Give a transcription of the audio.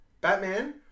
Batman